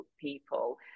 people